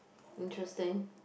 interesting